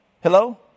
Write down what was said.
Hello